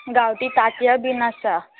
गांवठी तांतयां बीन आसा